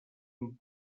amb